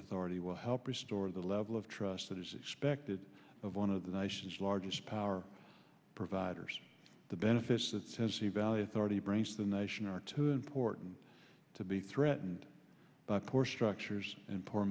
authority will help restore the level of trust that is expected of one of the nation's largest power providers the benefits that sense the value thirty branch the nation are too important to be threatened by poor structures and poor